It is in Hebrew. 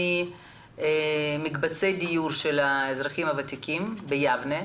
ממקבצי הדיור של האזרחים הוותיקים ביבנה.